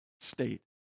state